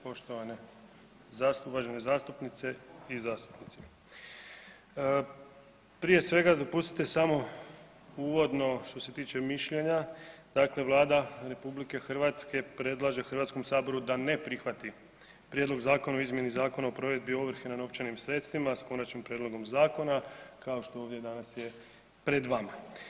Poštovane, uvažene zastupnice i zastupnici, prije svega dopustite samo uvodno što se tiče mišljenja, dakle Vlada RH predlaže Hrvatskom saboru da ne prihvati Prijedlog Zakona o izmjeni Zakona o provedbi ovrhe na novčanim sredstvima s konačnim prijedlogom zakona, kao što ovdje danas je pred vama.